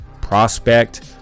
prospect